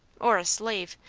or a slave,